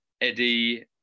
Eddie